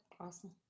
awesome